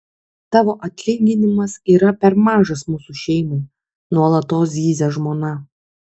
tavo atlyginimas yra per mažas mūsų šeimai nuolatos zyzia žmona